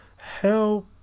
hell